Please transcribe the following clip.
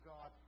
God